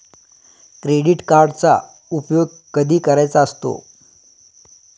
Credit कार्डचा उपयोग कधी करायचा असतो?